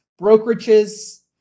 brokerages